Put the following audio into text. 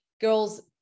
girls-